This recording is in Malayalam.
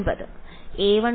വിദ്യാർത്ഥി 9